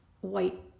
white